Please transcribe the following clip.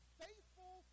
faithful